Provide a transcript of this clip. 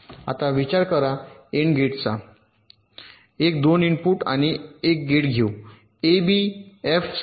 आता विचार करा एन्ड गेटचा एक 2 इनपुट आणि गेट घेऊ एबी एफ समजू